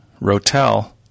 Rotel